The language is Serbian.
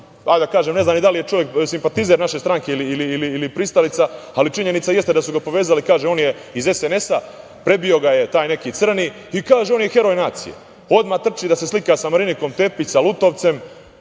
ne znam da li je čovek simpatizer naše stranke ili pristalica, ali činjenica jeste da su ga povezali, kaže, on je iz SNS, prebio ga je taj neki „crni“ i, kaže, on je heroj nacije, odmah trči da se slika sa Marinikom Tepić, sa Lutovcem.